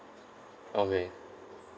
okay